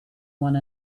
one